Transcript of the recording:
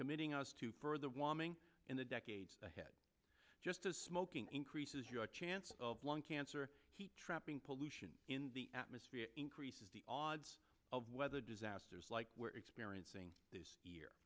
committing us to per the warming in the decades ahead just as smoking increases your chance of lung cancer heat trapping pollution in the atmosphere increases the odds of weather disasters like we're experiencing this year